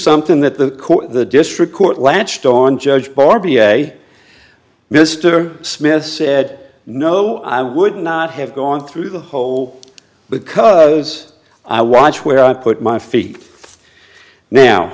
something that the court the district court latched on judge barr b a a mr smith said no i would not have gone through the whole because i watch where i put my feet now